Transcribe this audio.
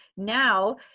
Now